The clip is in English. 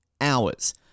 hours